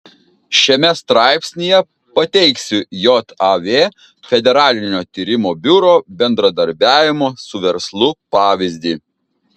šiame straipsnyje pateiksiu jav federalinio tyrimo biuro bendradarbiavimo su verslu pavyzdį